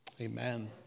Amen